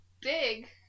big